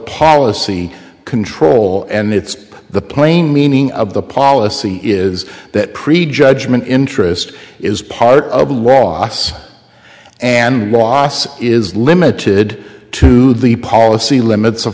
policy control and it's the plain meaning of the policy is that prejudgment interest is part of a loss and loss is limited to the policy limits o